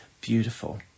beautiful